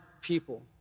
people